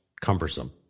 cumbersome